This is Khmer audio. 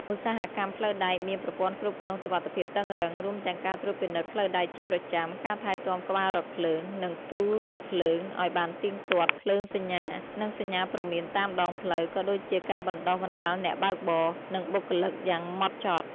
ឧស្សាហកម្មផ្លូវដែកមាន ប្រព័ន្ធគ្រប់គ្រងសុវត្ថិភាពតឹងរ៉ឹង រួមទាំងការត្រួតពិនិត្យផ្លូវដែកជាប្រចាំ ការថែទាំក្បាលរថភ្លើង និងទូរថភ្លើងឱ្យបានទៀងទាត់ ភ្លើងសញ្ញា និងសញ្ញាព្រមានតាមដងផ្លូវ ក៏ដូចជាការបណ្តុះបណ្តាលអ្នកបើកបរ និងបុគ្គលិកយ៉ាងម៉ត់ចត់។